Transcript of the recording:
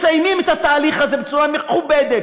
מסיימים את התהליך הזה בצורה מכובדת,